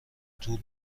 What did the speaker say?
طول